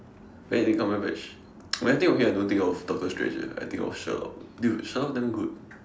Benedict Cumberbatch when I think of him I don't think of doctor strange eh I think of Sherlock dude Sherlock damn good